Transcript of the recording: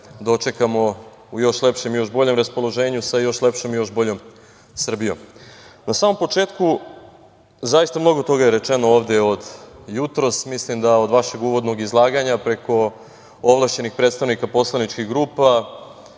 dočekamo u još lepšem i još boljem raspoloženju sa još lepšom i još boljom Srbijom. Na samom početku, zaista mnogo toga je rečeno ovde od jutros. Mislim da od vašeg uvodnog izlaganja preko ovlašćenih predstavnika poslaničkih grupa,